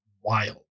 wild